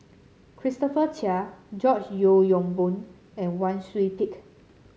Christopher Chia George Yeo Yong Boon and Wang Sui Pick